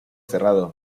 cerrado